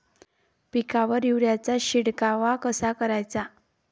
पिकावर युरीया चा शिडकाव कसा कराचा?